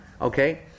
Okay